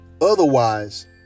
Otherwise